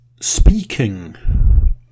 Speaking